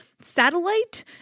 satellite